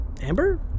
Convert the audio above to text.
Amber